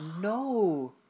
No